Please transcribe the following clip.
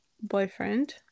boyfriend